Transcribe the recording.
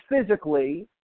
physically